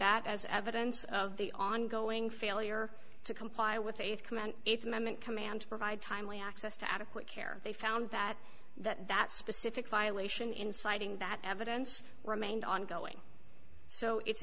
that as evidence of the ongoing failure to comply with a command eighth amendment command to provide timely access to adequate care they found that that that specific violation in citing that evidence remained ongoing so it's